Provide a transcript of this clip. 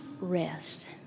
rest